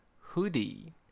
Hoodie